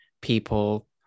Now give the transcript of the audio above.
people